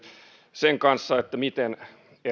sen kanssa miten